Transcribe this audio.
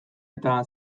eta